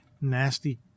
nasty